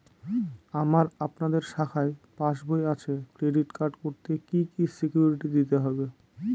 আমার আপনাদের শাখায় পাসবই আছে ক্রেডিট কার্ড করতে কি কি সিকিউরিটি দিতে হবে?